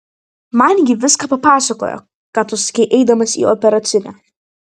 man ji viską papasakojo ką tu sakei eidamas į operacinę